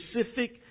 specific